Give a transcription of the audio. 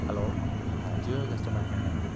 hello Jio customer care தானே